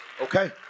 okay